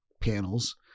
panels